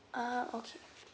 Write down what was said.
uh okay